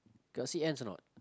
got see ants or not